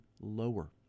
lower